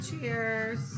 Cheers